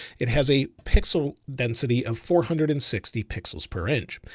it has a pixel density of four hundred and sixty pixels per inch.